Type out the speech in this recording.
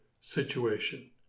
situation